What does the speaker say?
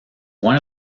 one